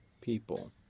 people